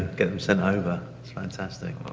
get them sent over. it's fantastic.